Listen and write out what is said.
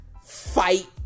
fight